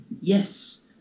yes